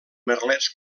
merlets